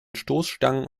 stoßstangen